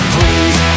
Please